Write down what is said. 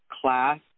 class